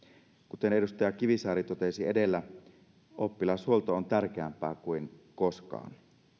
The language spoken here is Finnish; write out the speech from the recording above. kuten edustaja kivisaari totesi edellä oppilashuolto on tärkeämpää kuin koskaan